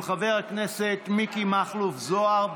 של חבר הכנסת מיקי מכלוף זוהר,